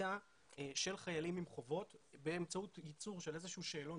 הקליטה של חיילים עם חובות באמצעות ייצור של איזשהו שאלון